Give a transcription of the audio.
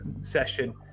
session